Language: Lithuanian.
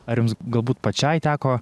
ar jums galbūt pačiai teko